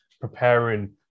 preparing